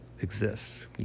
exists